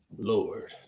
Lord